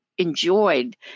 Enjoyed